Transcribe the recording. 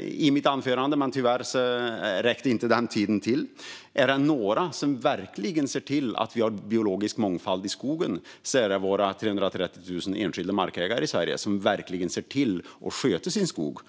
i mitt anförande, men tyvärr räckte tiden inte till. Är det några som verkligen ser till att vi har biologisk mångfald i skogen är det våra 330 000 enskilda markägare i Sverige som sköter sin skog.